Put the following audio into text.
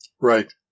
Right